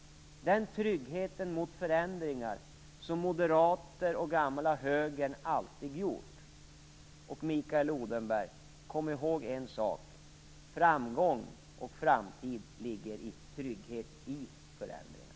Det är den trygghet mot förändringar som moderaterna och den gamla högern alltid har sökt. Och Mikael Odenberg: Kom ihåg en sak: Framgång och framtiden ligger i trygghet i förändringar.